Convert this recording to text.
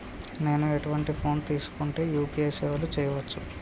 నేను ఎటువంటి ఫోన్ తీసుకుంటే యూ.పీ.ఐ సేవలు చేయవచ్చు?